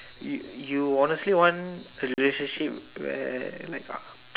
you you honestly want the relationship where like uh